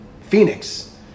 Phoenix